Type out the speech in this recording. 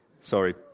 Sorry